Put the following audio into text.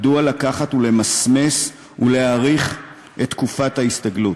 מדוע לקחת ולמסמס ולהאריך את תקופת ההסתגלות?